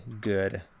good